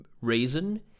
reason